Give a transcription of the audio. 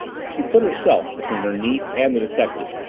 she put herself between her niece and the detective,